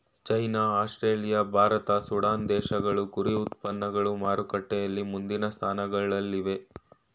China Australia Bharat Sudan ದೇಶಗಳು ಕುರಿ ಉತ್ಪನ್ನಗಳು ಮಾರುಕಟ್ಟೆಯಲ್ಲಿ ಮುಂದಿನ ಸ್ಥಾನಗಳಲ್ಲಿವೆ